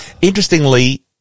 Interestingly